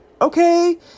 Okay